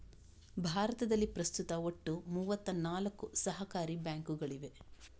ಭಾರತದಲ್ಲಿ ಪ್ರಸ್ತುತ ಒಟ್ಟು ಮೂವತ್ತ ನಾಲ್ಕು ಸಹಕಾರಿ ಬ್ಯಾಂಕುಗಳಿವೆ